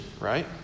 right